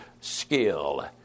skill